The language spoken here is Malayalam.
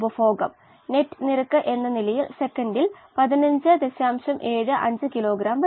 അത്കൊണ്ട് 21 ശതമാനം 100 നു സമാനമായതുംഅതായത് ആ 100 ശതമാനം 480നു സമാനവും ആകും